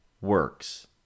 Works